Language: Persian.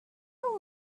اون